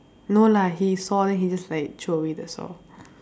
no lah he saw then he just like throw away that's all